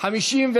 כן,